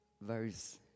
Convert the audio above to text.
verse